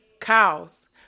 Cows